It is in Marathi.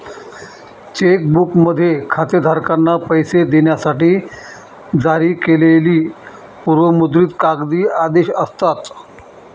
चेक बुकमध्ये खातेधारकांना पैसे देण्यासाठी जारी केलेली पूर्व मुद्रित कागदी आदेश असतात